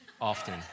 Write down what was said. often